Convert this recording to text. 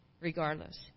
regardless